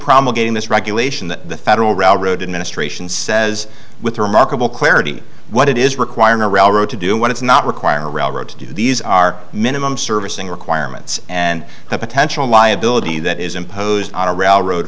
promulgating this regulation the federal railroad administration says with remarkable clarity what it is requiring a railroad to do when it's not require a railroad to do these are minimum servicing requirements and the potential liability that is imposed on a railroad